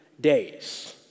days